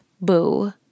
boo